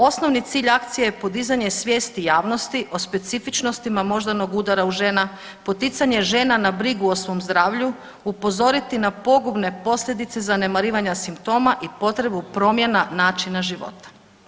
Osnovni cilj podizanja akcije je podizanje svijesti javnosti o specifičnostima moždanog udara u žena, poticanje žena na brigu o svom zdravlju, upozoriti na pogubne posljedice zanemarivanja simptoma i potrebu promjena načina života.